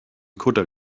kutter